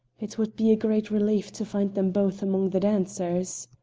it would be a great relief to find them both among the dancers.